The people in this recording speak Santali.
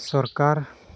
ᱥᱚᱨᱠᱟᱨ